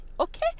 Okay